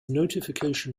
notification